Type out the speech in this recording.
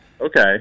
Okay